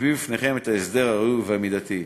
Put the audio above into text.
ומביאים בפניכם את ההסדר הראוי והמידתי.